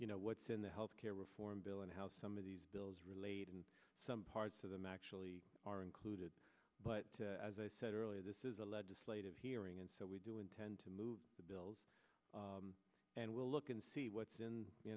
you know what's in the health care reform bill and how some of these bills relate and some parts of them actually are included but as i said earlier this is a legislative hearing and so we do intend to move bills and will look and see what